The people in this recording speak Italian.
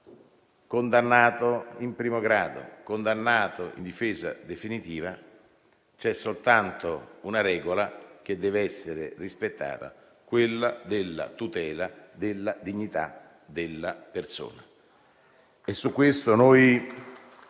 condannato in primo grado, condannato in via definitiva, c'è soltanto una regola che deve essere rispettata, quella della tutela della dignità della persona.